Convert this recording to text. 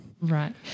Right